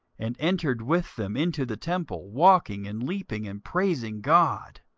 and entered with them into the temple, walking, and leaping, and praising god.